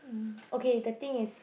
mm okay the thing is